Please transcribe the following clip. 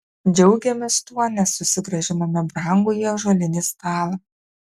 džiaugėmės tuo nes susigrąžinome brangųjį ąžuolinį stalą